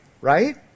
Right